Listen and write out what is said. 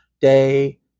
day